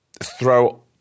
throw